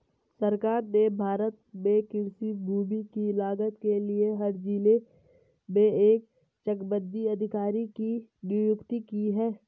सरकार ने भारत में कृषि भूमि की लागत के लिए हर जिले में एक चकबंदी अधिकारी की नियुक्ति की है